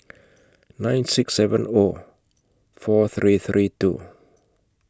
nine six seven O four three three two